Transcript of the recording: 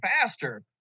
faster